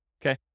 Okay